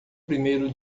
primeiro